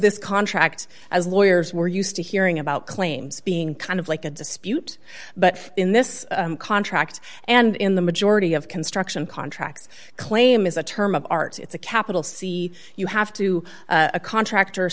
this contract as lawyers we're used to hearing about claims being kind of like a dispute but in this contract and in the majority of construction contracts claim is a term of art it's a capital c you have to a contractor